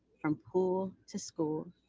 from pool to school,